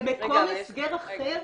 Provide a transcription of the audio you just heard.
מקום הסגר אחר